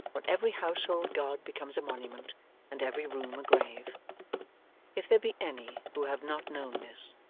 when every household god becomes a monument and every room a grave if there be any who have not known this,